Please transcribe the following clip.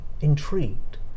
intrigued